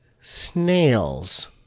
snails